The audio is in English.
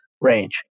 range